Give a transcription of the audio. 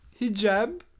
Hijab